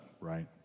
right